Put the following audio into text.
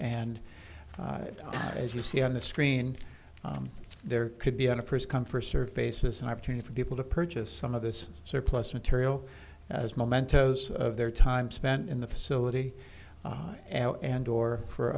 and as you see on the screen there could be on a first come first serve basis an opportunity for people to purchase some of this surplus material as momentos of their time spent in the facility and or for